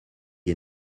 est